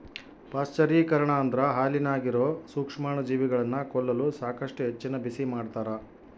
ಪಾಶ್ಚರೀಕರಣ ಅಂದ್ರ ಹಾಲಿನಾಗಿರೋ ಸೂಕ್ಷ್ಮಜೀವಿಗಳನ್ನ ಕೊಲ್ಲಲು ಸಾಕಷ್ಟು ಹೆಚ್ಚಿನ ಬಿಸಿಮಾಡ್ತಾರ